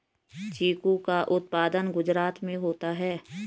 चीकू का उत्पादन गुजरात में होता है